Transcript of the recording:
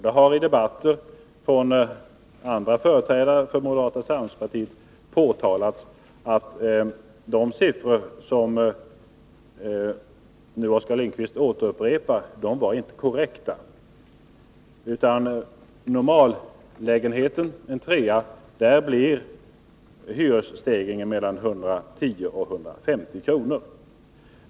Det har av andra företrädare för moderata samlingspartiet i debatten påtalats att de siffror som Oskar Lindkvist nu återupprepar inte var korrekta. För en normallägenhet på tre rum och kök blir hyresstegringen mellan 110 och 150 kr.